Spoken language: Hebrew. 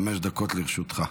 חמש דקות לרשותך.